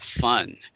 fun